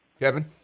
Kevin